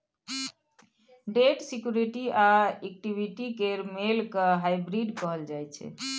date security आ equity केर मेल केँ हाइब्रिड कहल जाइ छै